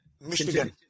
Michigan